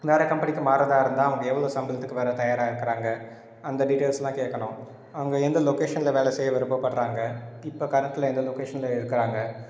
வேறு கம்பெனிக்கு மாறதா இருந்தால் அவங்க எவ்வளோ சம்பளத்துக்கு வர தயாராக இருக்கிறாங்க அந்த டீட்டெயில்ஸ்லாம் கேட்கணும் அவங்க எந்த லொக்கேஷனில் வேலை செய்ய விருப்பப்படுறாங்க இப்போ கரண்டில் எந்த லொக்கேஷனில் இருக்கிறாங்க